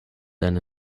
then